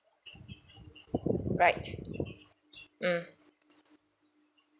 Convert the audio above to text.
right mm